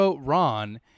Ron